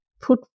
put